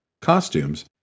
costumes